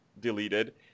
deleted